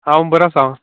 हांव बरो आसां